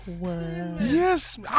Yes